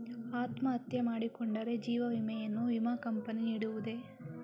ಅತ್ಮಹತ್ಯೆ ಮಾಡಿಕೊಂಡರೆ ಜೀವ ವಿಮೆಯನ್ನು ವಿಮಾ ಕಂಪನಿ ನೀಡುವುದೇ?